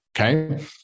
okay